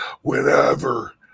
Whenever